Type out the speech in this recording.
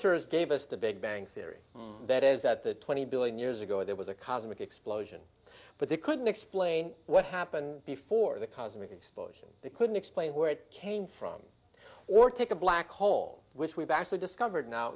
geometers gave us the big bang theory that is that the twenty billion years ago there was a cosmic explosion but they couldn't explain what happened before the cosmic explosion they couldn't explain where it came from or take a black hole which we've actually discovered now